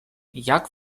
jak